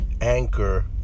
anchor